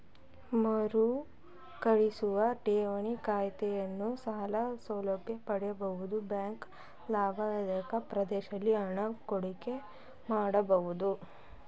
ಮರುಕಳಿಸುವ ಠೇವಣಿ ಖಾತೆದಾರರ ಸಾಲ ಸೌಲಭ್ಯ ಪಡೆಯಬಹುದು ಬ್ಯಾಂಕ್ ಲಾಭದಾಯಕ ಪ್ರದೇಶಗಳಲ್ಲಿ ಹಣ ಹೂಡಿಕೆ ಮಾಡಬಹುದು